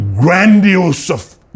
grandiose